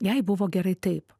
jai buvo gerai taip